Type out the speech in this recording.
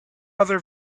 other